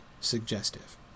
suggestive